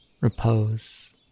repose